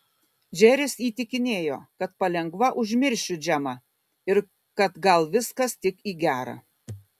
džeris įtikinėjo kad palengva užmiršiu džemą ir kad gal viskas tik į gera